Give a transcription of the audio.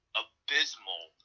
abysmal